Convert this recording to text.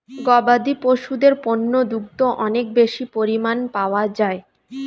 গবাদি পশুদের পণ্য দুগ্ধ অনেক বেশি পরিমাণ পাওয়া যায়